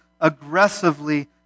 aggressively